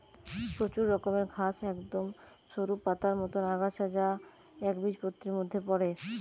প্রচুর রকমের ঘাস একদম সরু পাতার মতন আগাছা যা একবীজপত্রীর মধ্যে পড়ে